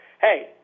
hey